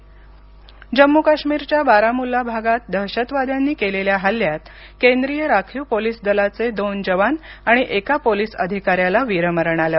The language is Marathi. जम्मू काश्मीर जम्मू काश्मीरच्या बारामुल्ला भागात दहशतवाद्यांनी केलेल्या हल्ल्यात केंद्रीय राखीव पोलीस दलाचे दोन जवान आणि एका पोलिस अधिकाऱ्याला वीरमरण आलं